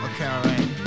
Okay